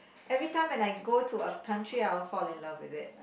everytime when I go to a country I will fall in love with it